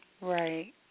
Right